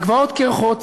הגבעות קירחות,